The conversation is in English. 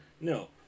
No